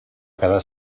quedar